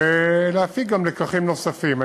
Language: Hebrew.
ולהפיק גם לקחים נוספים.